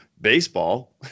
baseball